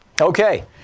Okay